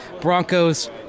Broncos